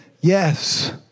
Yes